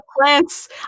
plants